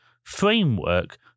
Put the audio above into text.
Framework